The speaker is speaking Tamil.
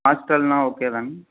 ஹாஸ்டல்னால் ஓகே தானுங்க